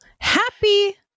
Happy